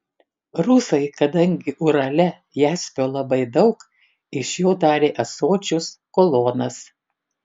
rusai kadangi urale jaspio labai daug iš jo darė ąsočius kolonas